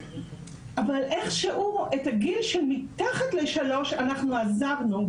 אבל איכשהו את הגיל שמתחת לשלוש אנחנו עזבנו.